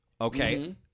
Okay